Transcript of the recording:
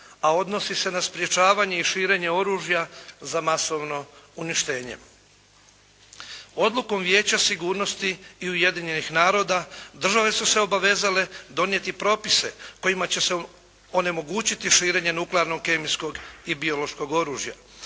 a odnosi se na sprječavanje i širenje oružja za masovno uništenje. Odlukom Vijeća sigurnosti i Ujedinjenih naroda države su se obavezale donijeti propise kojima će se onemogućiti širenje nuklearnog kemijskog i biološkog oružja.